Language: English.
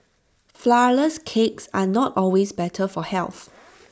Flourless Cakes are not always better for health